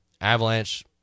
Avalanche